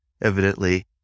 evidently